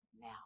now